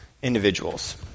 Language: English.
individuals